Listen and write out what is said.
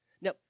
now